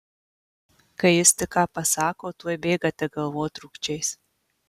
kai jis tik ką pasako tuoj bėgate galvotrūkčiais